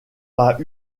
pas